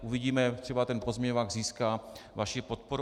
Uvidíme, třeba ten pozměňovák získá vaši podporu.